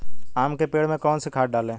आम के पेड़ में कौन सी खाद डालें?